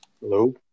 Hello